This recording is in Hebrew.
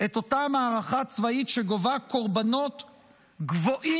את אותה מערכה צבאית שגובה קורבנות גבוהים,